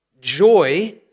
joy